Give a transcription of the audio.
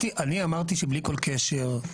אני אמרתי שבלי כל קשר,